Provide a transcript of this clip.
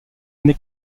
année